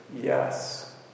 yes